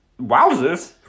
wowzers